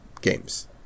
games